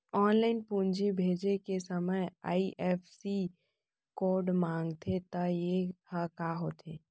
Online पूंजी भेजे के समय आई.एफ.एस.सी कोड माँगथे त ये ह का होथे?